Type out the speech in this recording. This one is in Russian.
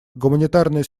гуманитарная